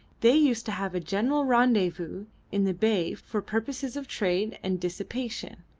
they used to have a general rendezvous in the bay for purposes of trade and dissipation.